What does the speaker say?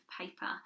paper